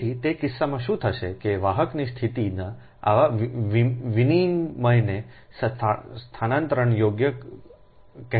તેથી તે કિસ્સામાં શું થશે કે વાહકની સ્થિતિના આવા વિનિમયને સ્થાનાંતરણ યોગ્ય કહેવામાં આવે છે